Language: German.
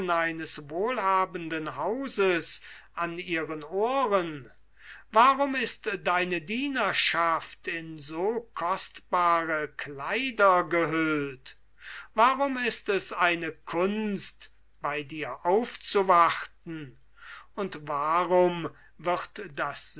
eines wohlhabenden hauses an ihren ohren warum ist deine dienerschaft in so kostbare kleider gehüllt warum ist es eine kunst bei dir aufzuwarten und warum wird das